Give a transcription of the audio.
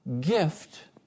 gift